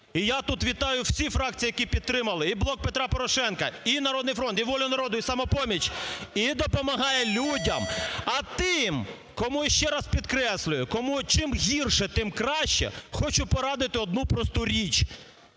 і я тут вітаю всі фракції, які підтримали, і "Блок Петра Порошенка", і "Народний фронт", і "Воля народу", і "Самопоміч", і допомагає людям. А тим, кому, ще раз підкреслюю, кому чим гірше, тим краще, хочу порадити одну просту річ: